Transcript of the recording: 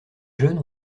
jeunes